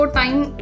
time